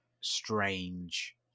strange